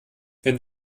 wenn